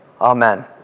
amen